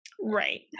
Right